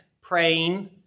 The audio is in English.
praying